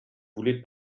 voulez